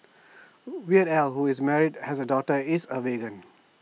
Weird al who is married and has A daughter is A vegan